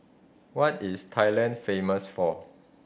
what is Thailand famous for